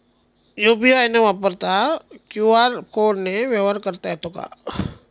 UPI न वापरता QR कोडने व्यवहार करता येतो का?